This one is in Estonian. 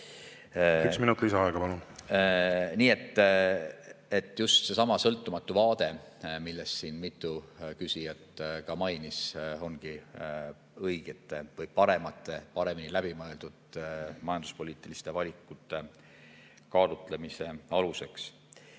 Üks minut lisaaega, palun! Nii et just seesama sõltumatu vaade, mida siin mitu küsijat mainis, ongi õigete või paremini läbi mõeldud majanduspoliitiliste valikute kaalutlemise aluseks. Ja